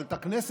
אבל את הכנסת,